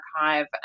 archive